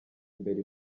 imbere